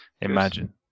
imagine